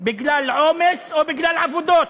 בגלל עומס או בגלל עבודות.